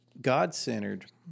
God-centered